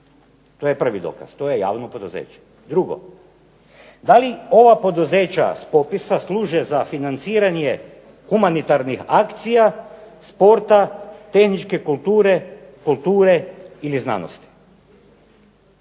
To je prvi dokaz. To je javno poduzeće. Drugo. Da li ova poduzeća s popisa služe za financiranje humanitarnih akcija, sporta, tehničke kulture, kulture ili znanosti?